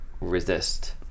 resist